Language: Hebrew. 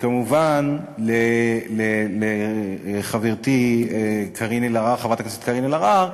וכמובן מחברתי חברת הכנסת קארין אלהרר,